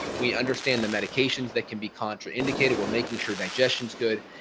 we understand the medications that can be contrary, indicating, we're making sure digestion is good,